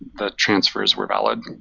the transfers were valid.